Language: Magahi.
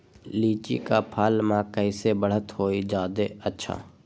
लिचि क फल म कईसे बढ़त होई जादे अच्छा?